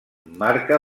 marca